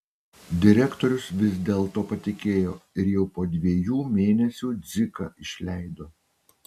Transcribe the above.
direktorius vis dėl to patikėjo ir jau po dviejų mėnesių dziką išleido